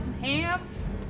hands